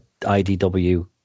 IDW